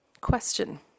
Question